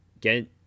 get